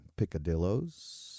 picadillos